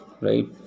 right